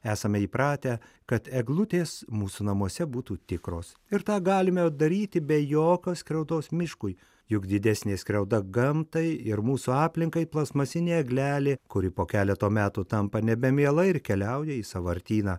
esame įpratę kad eglutės mūsų namuose būtų tikros ir tą galime daryti be jokios skriaudos miškui juk didesnė skriauda gamtai ir mūsų aplinkai plastmasinė eglelė kuri po keleto metų tampa nebemiela ir keliauja į sąvartyną